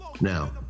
Now